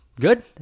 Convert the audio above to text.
Good